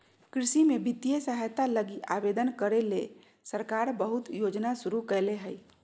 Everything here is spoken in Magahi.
कृषि में वित्तीय सहायता लगी आवेदन करे ले सरकार बहुत योजना शुरू करले हइ